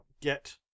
get